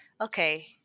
okay